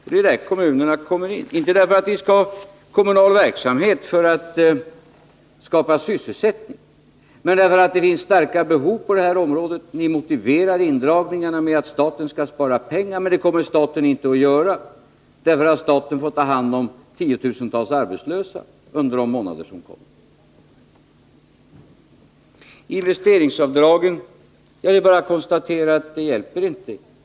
Det är här kommunerna kommer in — inte därför att vi skall ha kommunal verksamhet för att skapa sysselsättning utan därför att det finns starka behov på detta område. Ni motiverar indragningarna med att staten skall spara tiska åtgärder tiska åtgärder pengar, men det kommer staten inte att göra, eftersom staten får ta hand om tiotusentals arbetslösa under de månader som kommer. När det gäller investeringsavdragen är det bara att konstatera att de inte hjälper.